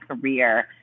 career